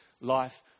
life